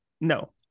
No